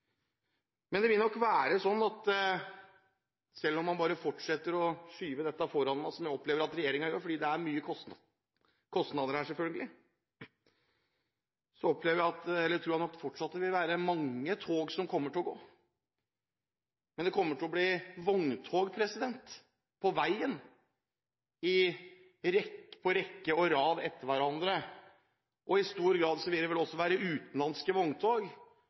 Men selv om man bare fortsetter å skyve dette foran seg, som jeg opplever at regjeringen gjør fordi det selvfølgelig er store kostnader her, tror jeg fortsatt det vil være mange tog som kommer til å gå. Men det kommer til å bli vogntog – på veien – i rekke og rad etter hverandre. I stor grad vil det vel også være utenlandske vogntog.